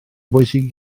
bwysig